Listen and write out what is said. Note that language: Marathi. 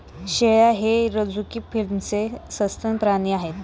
शेळ्या हे रझुकी फिलमचे सस्तन प्राणी आहेत